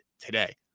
today